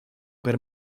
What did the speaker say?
per